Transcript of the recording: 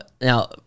now